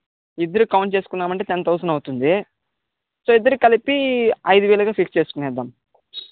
ఇద్దరివి count చేసుకున్నామంటే ten thousand అవుతుంది so ఇద్దరికీ కలిపి ఐదువేలుగా ఫిక్స్ చేసుకుందాము